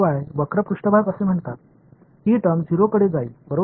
இது வளைந்த மேற்பரப்பு பகுதி மற்றும் இந்த வெளிப்பாடு 0 க்கு செல்லப் போகிறது